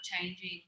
changing